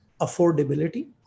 affordability